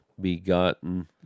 begotten